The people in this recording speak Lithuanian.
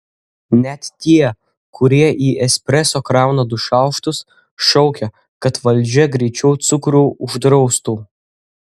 net tie kurie į espreso krauna du šaukštus šaukia kad valdžia greičiau cukrų uždraustų